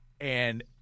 and-